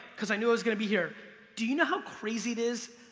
cause i knew i was gonna be here, do you know crazy it is,